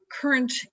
current